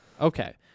Okay